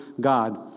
God